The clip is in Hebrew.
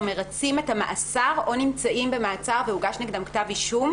מרצים את המאסר או נמצאים במעצר והוגש נגדם כתב אישום,